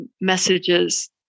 messages